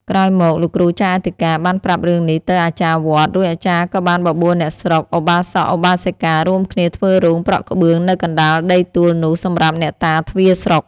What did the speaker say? ក្រោយមក លោកគ្រូចៅអធិការបានប្រាប់រឿងនេះទៅអាចារ្យវត្ត រួចអាចារ្យក៏បានបបួលអ្នកស្រុក ឧបាសក-ឧបាសិកា រួមគ្នាធ្វើរោងប្រក់ក្បឿងនៅកណ្ដាលដីទួលនោះសម្រាប់អ្នកតាទ្វារស្រុក ។